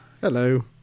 Hello